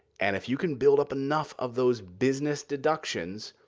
and if you can build up enough of those business deductions,